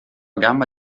gamma